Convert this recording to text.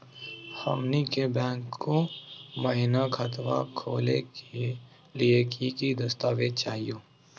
हमनी के बैंको महिना खतवा खोलही के लिए कि कि दस्तावेज चाहीयो?